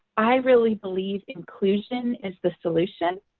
i really believe inclusion is the solution.